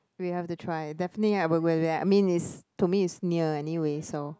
we have to try definitely I will go there I mean it's to me it's near anyway so